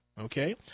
Okay